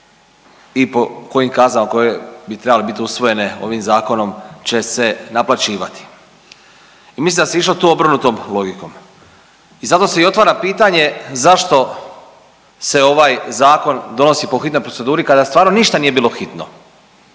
i po kojim kaznama koje bi trebale biti usvojene ovim Zakonom će se naplaćivati i mislim da se išlo tu obrnutom logikom i zato se i otvara pitanje zašto se ovaj Zakon donosi po hitnoj proceduri kada stvarno ništa nije bilo hitno.